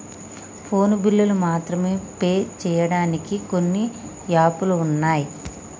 phone బిల్లులు మాత్రమే pay చెయ్యడానికి కొన్ని యాపులు వున్నయ్